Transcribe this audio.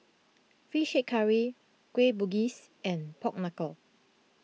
Fish Head Curry Kueh Bugis and Pork Knuckle